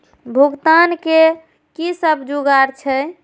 भुगतान के कि सब जुगार छे?